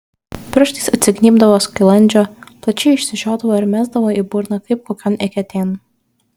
pirštais atsignybdavo skilandžio plačiai išsižiodavo ir mesdavo į burną kaip kokion eketėn